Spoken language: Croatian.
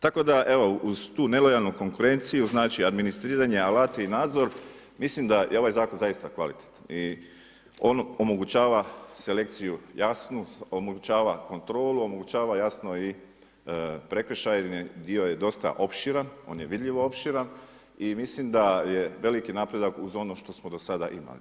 Tako da evo uz tu nelojalnu konkurenciju znači administriranje, alati i nadzor mislim da je ovaj zakon zaista kvalitetan i on omogućava selekciju jasnu, omogućava kontrolu, omogućava jasno i prekršajni dio je dosta opširan, on je vidljivo opširan i mislim da je veliki napredak uz ono što smo do sada imali.